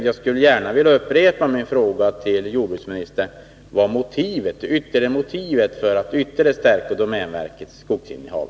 Jag skulle gärna vilja upprepa min fråga till jordbruksministern: Vad har man för motiv för att ytterligare öka domänverkets skogsinnehav?